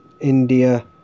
India